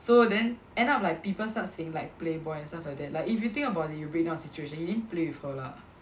so then end up like people start saying like playboy and stuff like that like if you think about it you situation he didn't play with her lah